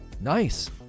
Nice